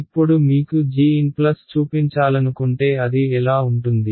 ఇప్పుడు మీకు gn plus చూపించాలనుకుంటే అది ఎలా ఉంటుంది